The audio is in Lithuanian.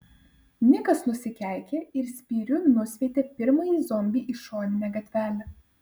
nikas nusikeikė ir spyriu nusviedė pirmąjį zombį į šoninę gatvelę